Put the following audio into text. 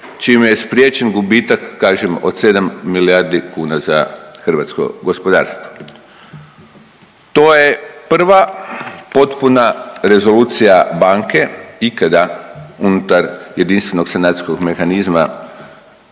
čime je spriječen gubitak, kažem, od 7 milijardi kuna za hrvatsko gospodarstvo. To je prva potpuna rezolucija banke ikada unutar jedinstvenog sanacijskog mehanizma